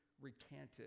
recanted